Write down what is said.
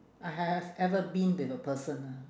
I have ever been with a person ah